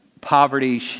poverty